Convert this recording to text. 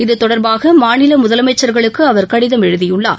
இது தொடர்பாக மாநில முதலமைச்சாகளுக்கு அவர் கடிதம் எழுதியுள்ளார்